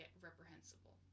reprehensible